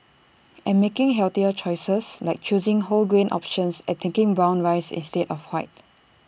and making healthier choices like choosing whole grain options and taking brown rice instead of white